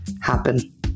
happen